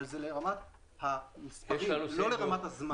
אבל זה לרמת האחוזים, לא לרמת הזמן.